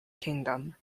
kingdom